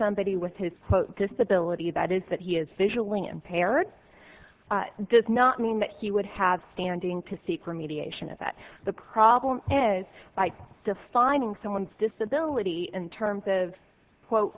somebody with his disability that is that he is visually impaired does not mean that he would have standing to seek remediation is that the problem is by defining someone's disability in terms of quote